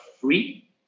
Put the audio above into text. free